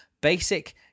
basic